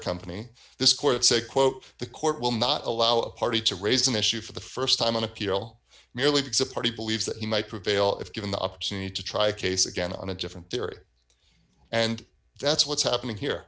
said quote the court will not allow a party to raise an issue for the st time on appeal merely because a party believes that he might prevail if given the opportunity to try a case again on a different theory and that's what's happening here